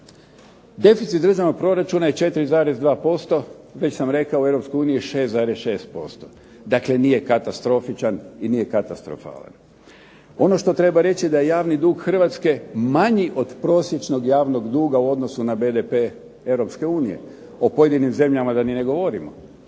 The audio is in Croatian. Deficit državnog proračuna je 4,2%. Već sam rekao u Europskoj uniji je 6,6%. Dakle, nije katastrofičan i nije katastrofalan. Ono što treba reći da je javni dug Hrvatske manji od prosječnog javnog duga u odnosu na BDP Europske unije, o pojedinim zemljama da ni ne govorimo.